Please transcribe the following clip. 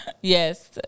Yes